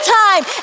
time